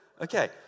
Okay